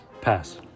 Pass